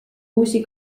uusi